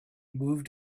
moved